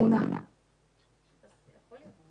כי בסך הכול עורך דין ברמן ועורך דין סומך די אמרו דברים